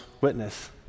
witness